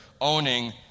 owning